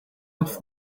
off